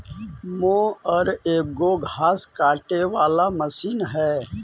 mower एगो घास काटे वाला मशीन हई